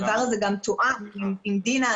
הדבר הזה גם תואם עם דינה,